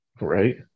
Right